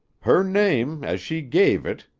her name, as she gave it,